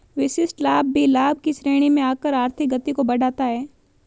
विशिष्ट लाभ भी लाभ की श्रेणी में आकर आर्थिक गति को बढ़ाता है